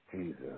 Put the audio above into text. Jesus